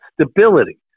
stability